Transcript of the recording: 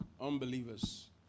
unbelievers